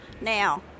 Now